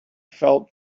felt